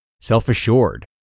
self-assured